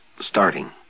starting